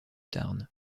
tarn